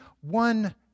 one